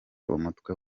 umutwe